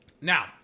Now